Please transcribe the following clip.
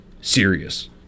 serious